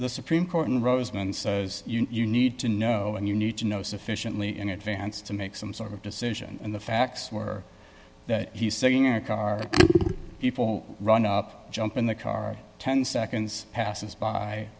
the supreme court and roseman says you need to know and you need to know sufficiently in advance to make some sort of decision and the facts were that he's sitting in a car you run up jump in the car ten seconds passes by